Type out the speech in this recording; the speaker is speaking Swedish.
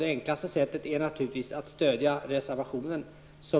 Det enklaste sättet är naturligtvis att stödja reservationen som